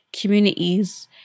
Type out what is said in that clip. communities